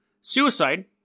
Suicide